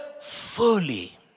fully